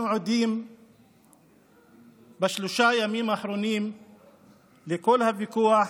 אנחנו עדים בשלושה ימים האחרונים לכל הוויכוח